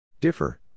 differ